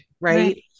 Right